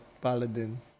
Paladin